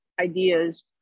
ideas